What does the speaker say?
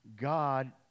god